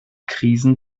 krisen